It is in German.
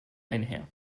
einher